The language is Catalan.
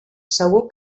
segur